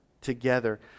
together